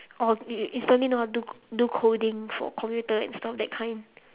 or you instantly know how to do do coding for computer and stuff that kind